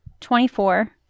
Twenty-four